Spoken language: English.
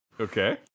Okay